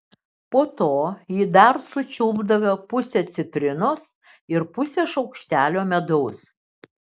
po to ji dar sučiulpdavo pusę citrinos ir pusę šaukštelio medaus